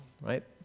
Right